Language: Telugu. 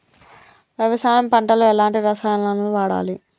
వ్యవసాయం పంట లో ఎలాంటి రసాయనాలను వాడాలి?